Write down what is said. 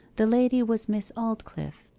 the lady was miss aldclyffe.